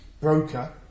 broker